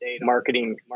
marketing